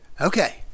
okay